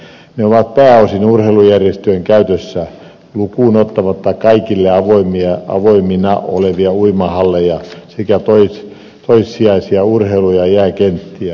ne ovat pääosin urheilujärjestöjen käytössä lukuun ottamatta kaikille avoimina olevia uimahalleja sekä toissijaisia urheilu ja jääkenttiä